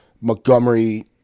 montgomery